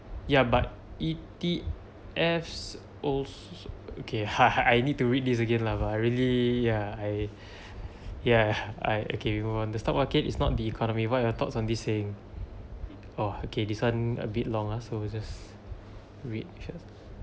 ya but E_T_F also okay I need to read this again lah but I really ya I yeah I okay you hold on the stock market is not the economy what are your thoughts on this saying orh okay this one a bit long ah so we just wait just